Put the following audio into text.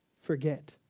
forget